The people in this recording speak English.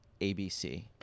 ABC